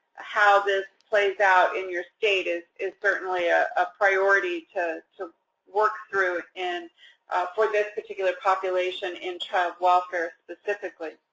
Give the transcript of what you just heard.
ah how this plays out in your state is is certainly a ah priority to to work through, and for this particular population in child welfare, specifically.